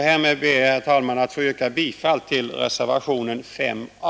Därmed ber jag, herr talman, att få yrka bifall till reservationen 5 a.